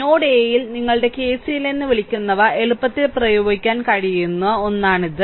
node a യിൽ നിങ്ങളുടെ KCL എന്ന് വിളിക്കുന്നവ എളുപ്പത്തിൽ പ്രയോഗിക്കാൻ കഴിയുന്ന ഒന്നാണിത്